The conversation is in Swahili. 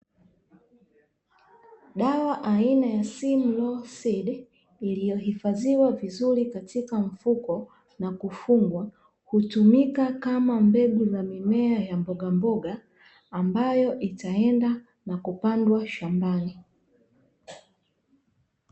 Dawa aina ya "simlaw seeds" iliyohifadhiwa vizuri katika mfuko na kufungwa, hutumika kama mbegu za mimea ya mbogamboga ambayo itaenda na kupandwa shambani .